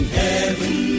heaven